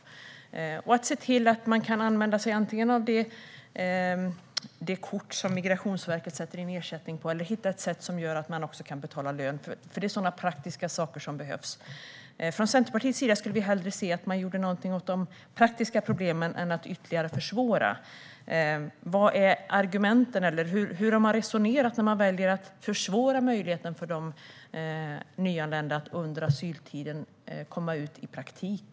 Vi tycker att man ska se till att människor kan använda sig av antingen det kort som Migrationsverket sätter in ersättning på eller hitta ett sätt som gör att det går att betala lön. Det är sådana praktiska saker som behövs. Från Centerpartiets sida skulle vi hellre se att man gjorde någonting åt de praktiska problemen än att ytterligare försvåra. Hur har man resonerat när man väljer att försvåra möjligheterna för de nyanlända att under asyltiden komma ut i praktik?